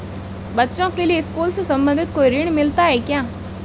बच्चों के लिए स्कूल से संबंधित कोई ऋण मिलता है क्या?